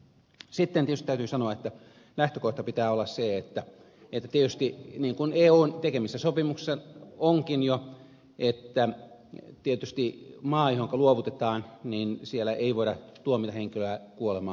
sitten tietysti täytyy sanoa että lähtökohdan pitää olla se niin kuin eun tekemissä sopimuksissa onkin jo että tietysti maassa johonka luovutetaan ei voida tuomita henkilöä kuolemaan